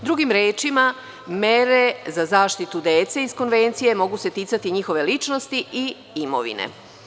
Drugim rečima, mere za zaštitu dece iz Konvencije mogu se ticati njihove ličnosti i imovine.